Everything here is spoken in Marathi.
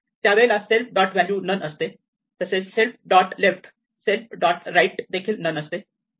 त्या वेळेला सेल्फ डॉट व्हॅल्यू नन असते तसेच self dot left self dot right देखील नन असते